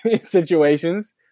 situations